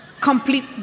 complete